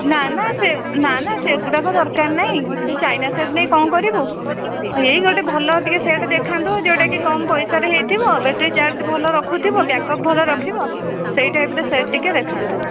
ନା ନା ସେ ନା ନା ସେଗୁଡ଼ାକ ଦରକାର ନାହିଁ ସେ ଚାଇନା ସେଟ୍ ନେଇ କ'ଣ କରିବୁ ଏହି ଗୋଟେ ଭଲ ସେଟ୍ ଦେଖାନ୍ତୁ ଯେଉଁଟା କି କମ ପଇସାରେ ହୋଇଥିବ ବ୍ୟାଟେରୀ ଚାର୍ଜ ଭଲ ରଖୁଥିବ ବ୍ୟାକ୍ଅପ୍ ଭଲ ରଖିବ ସେହି ଟାଇପ୍ର ସେଟ୍ ଟିକିଏ ଦେଖାନ୍ତୁ